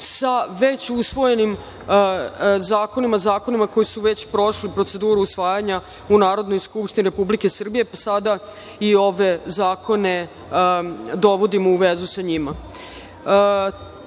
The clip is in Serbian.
sa već usvojenim zakonima, zakonima koji su već prošli proceduru usvajanja u Narodnoj skupštini Republike Srbije. Sada i ove zakone dovodimo u vezu sa njima. Treći